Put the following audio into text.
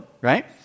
Right